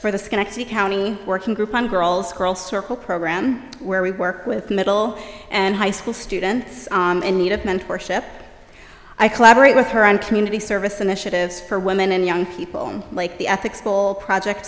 for the schenectady county working group on girls girl circle program where we work with middle and high school students in need of mentorship i collaborate with her on community service initiatives for women and young people like the ethics school project